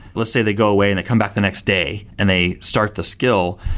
let's say they go away and they come back the next day and they start the skill,